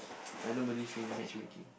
I don't believe in matchmaking